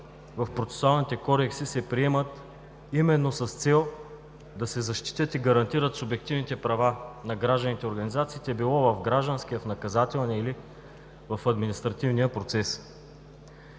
в процесуалните кодекси се приемат именно с цел да се защитят и гарантират субективните права на гражданите и организациите било в гражданския, наказателния или в административния процес.